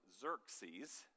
Xerxes